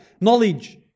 knowledge